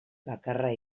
bakarra